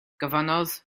gofynnodd